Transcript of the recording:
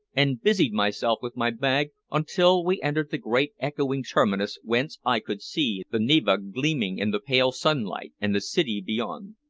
and busied myself with my bag until we entered the great echoing terminus whence i could see the neva gleaming in the pale sunlight and the city beyond.